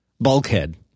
Bulkhead